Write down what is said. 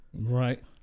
Right